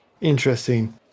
Interesting